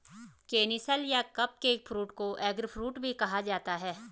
canistel या cupcake fruit को eggfruit भी कहा जाता है